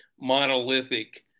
monolithic